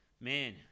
Man